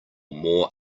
more